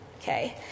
okay